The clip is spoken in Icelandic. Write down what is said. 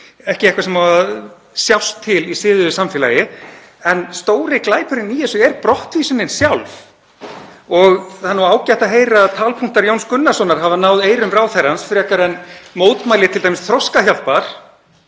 ekki eitthvað sem á að sjást til í siðuðu samfélagi, en stóri glæpurinn í þessu er brottvísunin sjálf. Það er ágætt að heyra að talpunktar Jóns Gunnarssonar hafa náð eyrum ráðherrans frekar en mótmæli t.d. Þroskahjálpar.